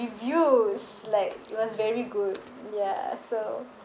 reviews like it was very good ya so